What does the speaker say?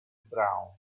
brown